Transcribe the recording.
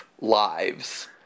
lives